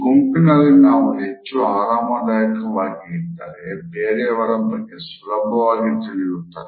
ಗುಂಪಿನಲ್ಲಿ ನಾವು ಹೆಚ್ಚು ಆರಾಮದಾಯಕವಾಗಿ ಇದ್ದರೇ ಬೇರೆಯವರ ಬಗ್ಗೆ ಸುಲಭವಾಗಿ ತಿಳಿಯುತ್ತದೆ